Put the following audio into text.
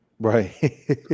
Right